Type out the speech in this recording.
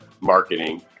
marketing